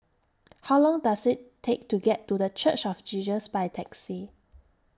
How Long Does IT Take to get to The Church of Jesus By Taxi